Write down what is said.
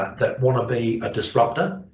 that want to be a disruptor,